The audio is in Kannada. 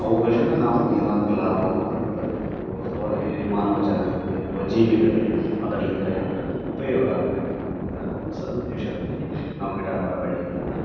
ಅವುಗಳಿಂದ ನಾವು ಏನಾದ್ರೂ ಲಾಭವನ್ನು ಪಡ್ಕೊಳ್ಬೇಕು ಅಥವಾ ಈ ಮಾನವ ಜನಾಂಗಕ್ಕೆ ಅಥವಾ ಜೀವಿಗಳಿಗೆ ಅದರಿಂದ ಏನಾದ್ರೂ ಉಪಯೋಗ ಆಗ್ಬೇಕು ಅನ್ನುವಂತಹ ಒಂದು ಸದುದ್ದೇಶದೊಂದಿಗೆ ನಾವು ಗಿಡ ಮರ ಬಳ್ಳಿಗಳನ್ನು